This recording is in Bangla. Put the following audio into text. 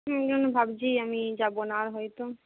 হুম ভাবছি আমি যাব না আর হয়তো